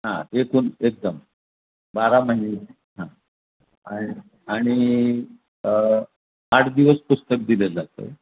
हां एकूण एकदम बारा महिने हां आणि आणि आठ दिवस पुस्तक दिलं जातं